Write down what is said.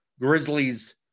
Grizzlies